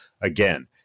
again